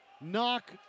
Knock